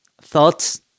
thoughts